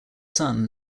son